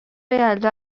یلدا